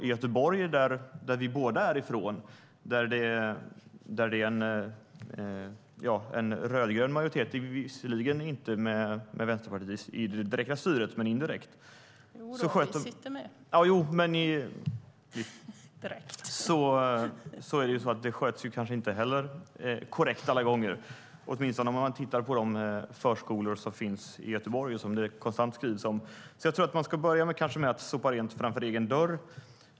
I Göteborg, som vi båda kommer från, är det en rödgrön majoritet - visserligen inte med Vänsterpartiet i det direkta styret men indirekt. : Jo, vi sitter med - direkt.) Men detta sköts kanske inte heller korrekt alla gånger, åtminstone om man tittar på de förskolor som finns i Göteborg och som det skrivs om hela tiden. Jag tror att man ska börja med att sopa rent framför egen dörr.